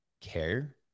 care